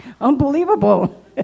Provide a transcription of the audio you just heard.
Unbelievable